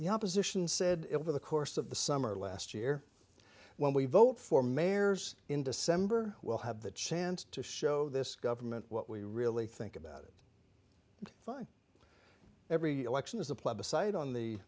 the opposition said if in the course of the summer last year when we vote for mayors in december we'll have the chance to show this government what we really think about it fine every election is a plebiscite on the